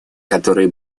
который